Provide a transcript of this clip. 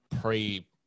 pre